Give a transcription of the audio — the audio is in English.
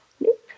Nope